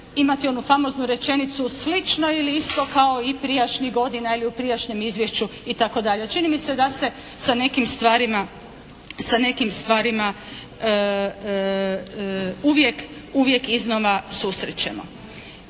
imati onu famoznu rečenicu slično ili isto kao i prijašnjih godina ili u prijašnjem izvješću itd. Čini mi se da se sa nekim stvarima uvijek iznova susrećemo.